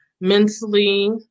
mentally